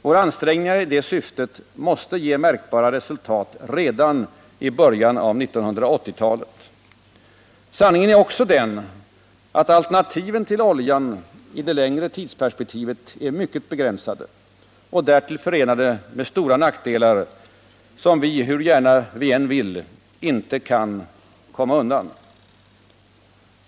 Våra ansträngningar i det syftet måste ge märkbara resultat redan i början av 1980-talet. Sanningen är också den att alternativen till olja i det längre tidsperspektivet är mycket begränsade och därtill förenade med stora nackdelar, som vi — hur gärna vi än vill — inte kar komma undan.